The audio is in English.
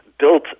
built